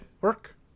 work